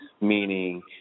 meaning